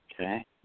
okay